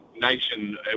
nation